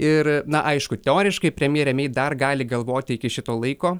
ir na aišku teoriškai premjerė mei dar gali galvoti iki šito laiko